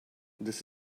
this